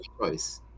choice